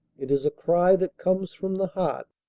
it is a cry that comes from the heart.